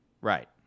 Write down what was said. Right